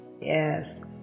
yes